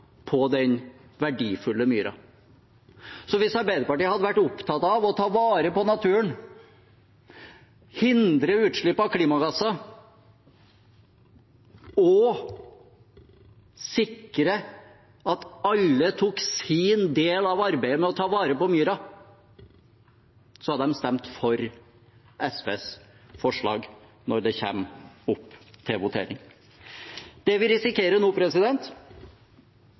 på den verdifulle myra. Hvis Arbeiderpartiet hadde vært opptatt av å ta vare på naturen, hindre utslipp av klimagasser og sikre at alle tok sin del av arbeidet med å ta vare på myra, hadde de stemt for SVs forslag når det kommer opp til votering. Det vi risikerer nå,